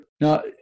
Now